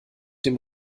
dem